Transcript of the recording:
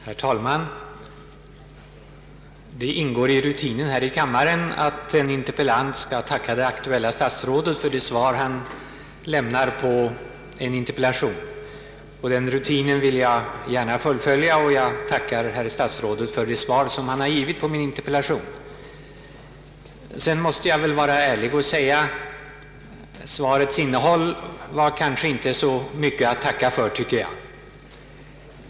Herr talman! Det ingår i rutinen här i kammaren att en interpellant skall tacka det aktuella statsrådet för det svar denne lämnat på en interpellation. Den rutinen vill jag gärna fullfölja, och jag tackar herr statsrådet för det svar han givit på min interpellation. Sedan måste jag väl vara ärlig och säga att svarets innehåll kanske inte var så mycket att tacka för.